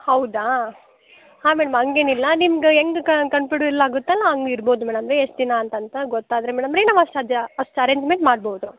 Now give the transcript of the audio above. ಹೌದಾ ಹಾಂ ಮೇಡ್ಮ್ ಹಂಗೇನಿಲ್ಲ ನಿಮ್ಗೆ ಹೆಂಗ್ ಕಾನ್ ಕನ್ಪ್ಯುಡುಯಲ್ ಆಗುತ್ತಲ್ಲ ಹಂಗ್ ಇರ್ಬೋದು ಮೇಡಮ್ ರೀ ಎಷ್ಟು ದಿನ ಅಂತ ಅಂತ ಗೊತ್ತಾದರೆ ಮೇಡಮ್ ರೀ ನಾವು ಎಷ್ಟ್ ಸಾಧ್ಯ ಅಷ್ಟು ಅರೇಂಜ್ಮೆಂಟ್ ಮಾಡ್ಬೌದು